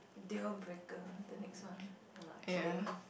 deal-breaker the next one no lah I kidding